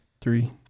Three